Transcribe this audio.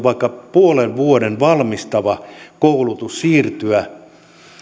vaikka puolen vuoden valmistava koulutus siirtyä